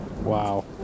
Wow